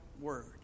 word